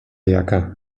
jaka